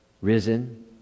risen